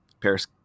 Paris